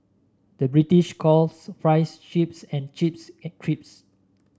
the British calls fries chips and chips crisps